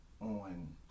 on